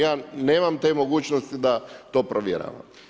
Ja nemam te mogućnosti da to provjeravam.